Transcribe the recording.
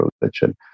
religion